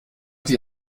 die